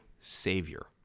savior